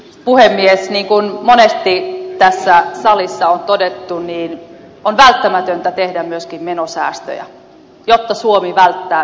niin kuin monesti tässä salissa on todettu on välttämätöntä tehdä myöskin menosäästöjä jotta suomi välttää ylivelkaantumisen tien